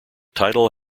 title